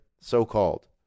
So-called